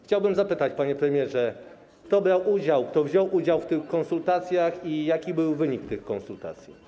Chciałbym zapytać, panie premierze, kto brał udział, kto wziął udział w tych konsultacjach i jaki był wynik tych konsultacji.